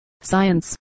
science